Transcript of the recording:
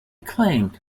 claimed